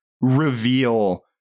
reveal